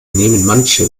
manche